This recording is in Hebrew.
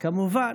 כמובן.